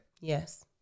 Yes